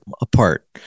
apart